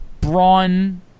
Braun